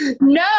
No